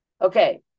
Okay